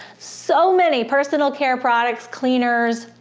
so many personal care products, cleaners,